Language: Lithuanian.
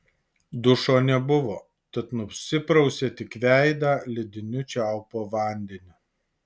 dušo nebuvo tad nusiprausė tik veidą lediniu čiaupo vandeniu